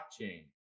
Blockchain